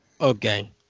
Okay